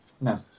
No